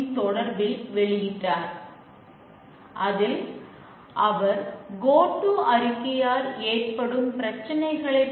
unit டெஸ்டிங்கில் இது வாடிக்கையாளரால் மேற்கொள்ளப்படுகிறது